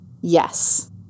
Yes